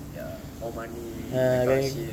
ya more money that kind of shit